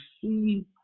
see